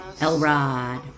Elrod